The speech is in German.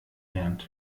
gelernt